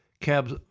cabs